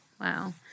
Wow